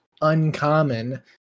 uncommon